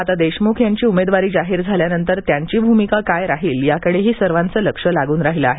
आता देशमुख यांची उमेदवारी जाहीर झाल्यानंतर त्यांची भूमिका काय राहील याकडेही सर्वांचं लक्ष लागून राहीलं आहे